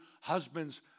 husbands